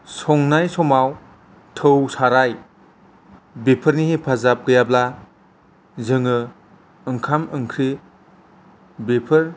संनाय समाव थाै साराय बेफोरनि हेफाजाब गैयाब्ला जोङाे ओंखाम ओंख्रि बेफोर